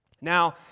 Now